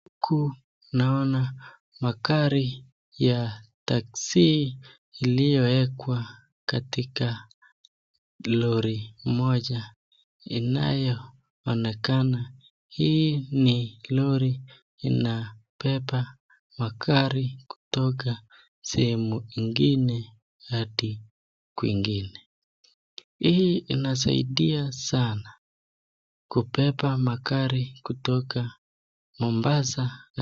naona magari ya taxi iliyowekwa katika lori moja inayoonekana. Hii ni lori inayopepa makari kutoka sehemu ingine hadi kwingine. Hii inasaidia sana kubeba makari kutoka Mombasa.